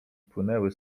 płynęły